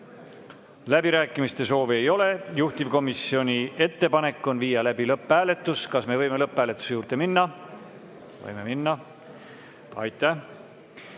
Läbirääkimiste soovi ei ole. Juhtivkomisjoni ettepanek on viia läbi lõpphääletus. Kas me võime lõpphääletuse juurde minna? Võime minna. Austatud